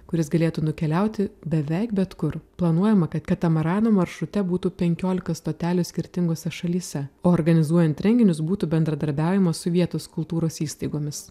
kuris galėtų nukeliauti beveik bet kur planuojama kad katamaranų maršrute būtų penkiolikos stotelių skirtingose šalyse o organizuojant renginius būtų bendradarbiavimas su vietos kultūros įstaigomis